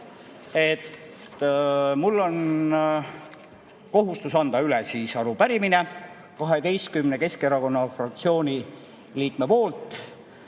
Mul on kohustus anda üle arupärimine 12 Keskerakonna fraktsiooni liikme poolt.